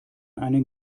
einen